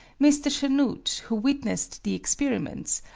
mr. chanute, who witnessed the experiments,